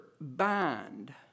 bind